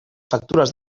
factures